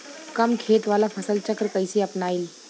कम खेत वाला फसल चक्र कइसे अपनाइल?